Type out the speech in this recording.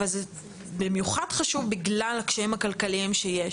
במיוחד חשוב בגלל הקשיים הכלכליים שקיימים,